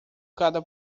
cada